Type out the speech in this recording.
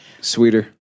Sweeter